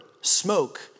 smoke